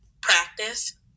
practice